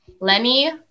Lenny